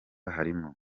harimo